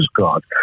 God